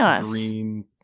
green